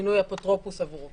מינוי אפוטרופוס עבורו,